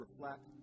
reflect